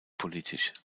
politisch